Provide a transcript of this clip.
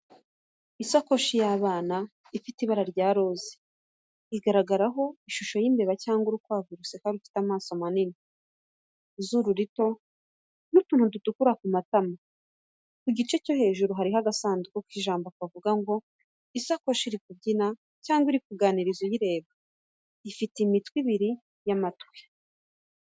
Isakoshi y’abana ifite ibara rya roze, igaragaraho ishusho y’imbeba cyangwa urukwavu ruseka rufite amaso manini, izuru rito, n’utuntu dutukura ku matama. Ku gice cyo hejuru hariho agasanduku k’ijambo kavuga ngo, isakoshi iri kubyina cyangwa kuganiriza uyireba. Ifite imitwe ibiri y’amatwi.